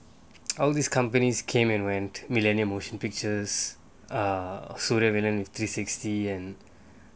all these companies came and went millenia motion pictures uh surya with three sixty